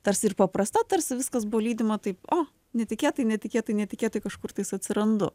tarsi ir paprasta tarsi viskas buvo lydima taip o netikėtai netikėtai netikėtai kažkur tais atsirandu